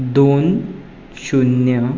दोन शुन्य